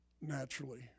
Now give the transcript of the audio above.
naturally